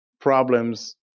problems